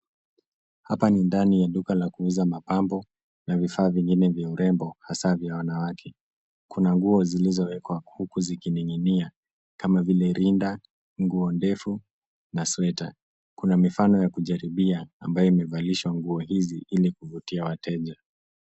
Hapa ni ndani ya duka la kuuza mapambo na vifaa vingine vya urembo hasaa vya wanawake. Kuna nguo zilizowekwa huku zikininginia kama vile rinda, nguo ndefu na sweta. Kuna mifano ya kujaribia ambayo imevalishwa nguo hizi ili kuvutia wateja.